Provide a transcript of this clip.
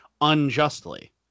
unjustly